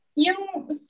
Yung